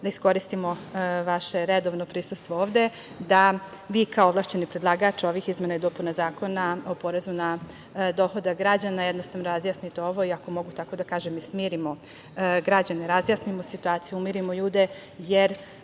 da iskoristimo vaše redovno prisustvo ovde da vi kao ovlašćeni predlagač ovih izmena i dopuna Zakona o porezu na dohodak građana jednostavno razjasnite ovo i, ako mogu tako da kažem, da smirimo građane, razjasnimo situaciju, umirimo ljude. Jer,